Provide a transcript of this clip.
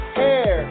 hair